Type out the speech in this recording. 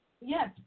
Yes